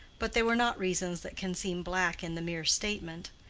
but they were not reasons that can seem black in the mere statement.